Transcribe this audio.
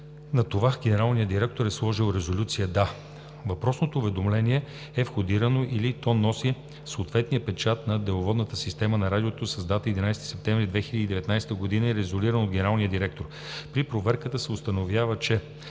На това генералният директор е сложил резолюция „да“. Въпросното уведомление е входирано или то носи съответния печат от деловодната система на Радиото с дата 11 септември 2019 г. и е резолирано от генералния директор. При проверката се установява, че